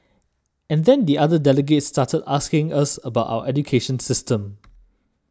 and then the other delegates started asking us about our education system